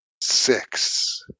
Six